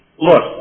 look